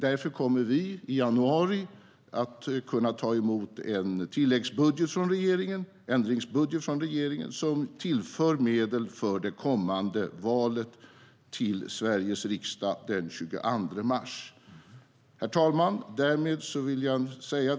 Därför kommer vi i januari att kunna ta emot en ändringsbudget från regeringen som tillför medel för det kommande valet till Sveriges riksdag den 22 mars. Herr talman!